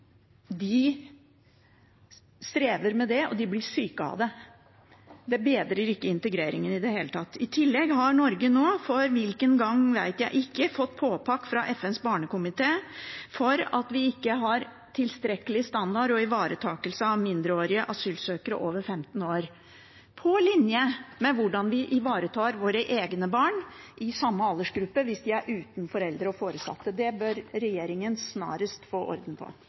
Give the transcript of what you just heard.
De strever med det, og de blir syke av det. Det bedrer ikke integreringen i det hele tatt. I tillegg har Norge nå – for hvilken gang vet jeg ikke – fått påpakning fra FNs barnekomité for at vi ikke har tilstrekkelig standard for og ivaretakelse av mindreårige asylsøkere over 15 år – på linje med hvordan vi ivaretar våre egne barn i samme aldersgruppe hvis de er uten foreldre eller foresatte. Det bør regjeringen snarest få orden på.